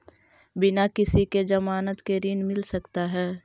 बिना किसी के ज़मानत के ऋण मिल सकता है?